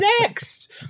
next